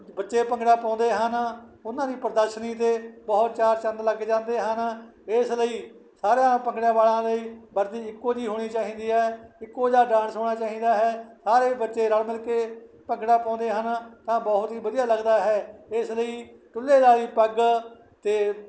ਬ ਬੱਚੇ ਭੰਗੜਾ ਪਾਉਂਦੇ ਹਨ ਉਹਨਾਂ ਦੀ ਪ੍ਰਦਰਸ਼ਨੀ ਦੇ ਬਹੁਤ ਚਾਰ ਚੰਦ ਲੱਗ ਜਾਂਦੇ ਹਨ ਇਸ ਲਈ ਸਾਰਿਆਂ ਭੰਗੜਿਆਂ ਵਾਲਿਆਂ ਲਈ ਵਰਦੀ ਇੱਕੋ ਜਿਹੀ ਹੋਣੀ ਚਾਹੀਦੀ ਹੈ ਇੱਕੋ ਜਿਹਾ ਡਾਂਸ ਹੋਣਾ ਚਾਹੀਦਾ ਹੈ ਸਾਰੇ ਬੱਚੇ ਰਲ ਮਿਲ ਕੇ ਭੰਗੜਾ ਪਾਉਂਦੇ ਹਨ ਤਾਂ ਬਹੁਤ ਹੀ ਵਧੀਆ ਲੱਗਦਾ ਹੈ ਇਸ ਲਈ ਤੁੱਲੇ ਵਾਲੀ ਪੱਗ ਅਤੇ